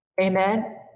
Amen